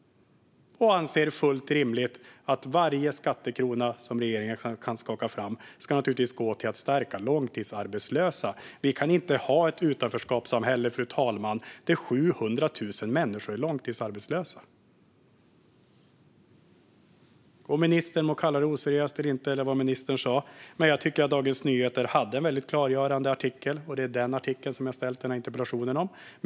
De anser, vilket är fullt rimligt, att varje skattekrona som regeringen kan skaka fram ska gå till att stärka långtidsarbetslösa. Vi kan inte ha ett utanförskapssamhälle, fru talman, där 700 000 människor är långtidsarbetslösa. Ministern må kalla det oseriöst, eller vad ministern sa, men jag tycker att Dagens Nyheter hade en väldigt klargörande artikel. Det är också den artikeln jag har ställt denna interpellation om.